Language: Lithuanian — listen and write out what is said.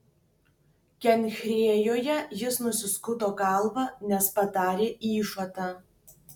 kenchrėjoje jis nusiskuto galvą nes padarė įžadą